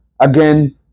again